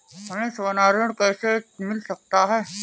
हमें सोना ऋण कैसे मिल सकता है?